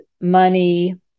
money